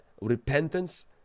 repentance